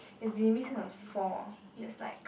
has been with me since I was four that's like